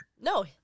No